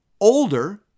older